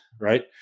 Right